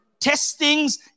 Testings